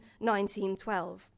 1912